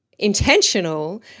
intentional